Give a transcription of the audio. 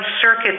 Circuit